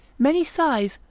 many sighs,